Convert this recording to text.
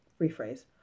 Rephrase